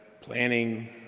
planning